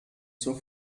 zur